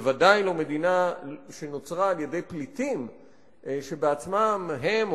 בוודאי לא מדינה שנוצרה על-ידי פליטים שבעצמם הם,